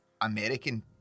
American